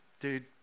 dude